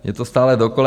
Jde to stále dokola.